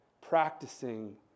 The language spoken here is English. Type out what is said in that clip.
Practicing